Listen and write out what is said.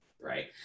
right